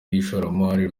y’ishoramari